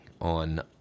on